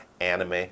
Anime